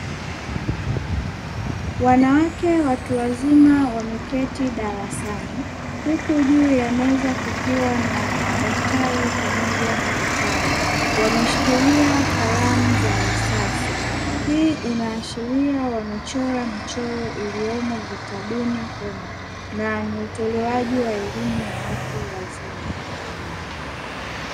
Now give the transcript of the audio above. Wanawake watu wazima wameketi darasani huku juu ya meza kukiwa na madaftari pamoja na vitabu, wameshikilia kalamu za risasi; hii inaashiria wanachora michoro iliyomo vitabuni humo na ni utolewaji wa elimu ya watu wazima.